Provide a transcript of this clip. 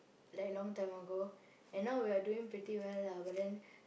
like long time ago and now we are doing pretty well lah but then